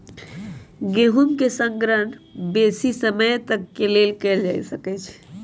गेहूम के संग्रहण बेशी समय तक के लेल कएल जा सकै छइ